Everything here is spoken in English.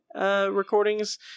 recordings